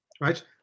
right